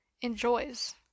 enjoys